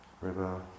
River